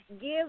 give